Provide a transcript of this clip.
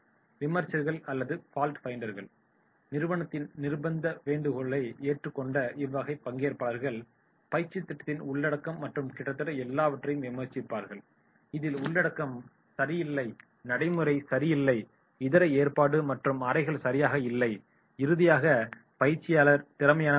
விமர்சகர்கள் அல்லது fault finder நிறுவனத்தின் நிர்பந்த வேண்டுகோளைக் ஏற்று கொண்ட இவ்வகை பங்கேற்பாளர்கள் பயிற்சி திட்டத்தின் உள்ளடக்கம் மற்றும் கிட்டத்தட்ட எல்லாவற்றையும் விமர்சிப்பார்கள் இதில் உள்ளடக்கம் சரியில்லை நடைமுறை சரியில்லை இதர ஏற்பாடு மற்றும் அறைகள் சரியாக இல்லை இறுதியாக பயிற்சியாளர் திறமையானவர் அல்ல